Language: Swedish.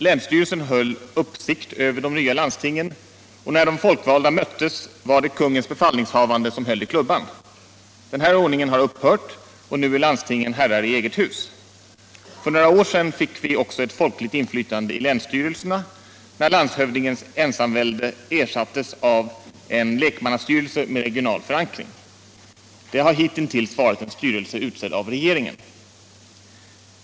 Länsstyrelsen höll uppsikt över de nya landstingen, och när de folkvalda möttes var det Konungens befallningshavande som höll i klubban. Den ordningen har upphört, och nu är landstingen herrar i eget hus. För några år sedan fick vi också ett folkligt inflytande i länsstyrelserna, när landshövdingens ensamvälde ersattes av en lekmannastyrelse med regional förankring. Det har hitintills varit en styrelse utsedd av regeringen.